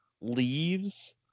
leaves